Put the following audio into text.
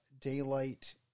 daylight